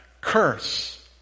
curse